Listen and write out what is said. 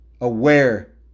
aware